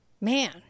Man